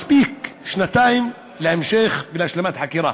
מספיקות שנתיים להמשך ולהשלמת חקירה.